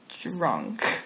drunk